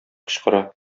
кычкыра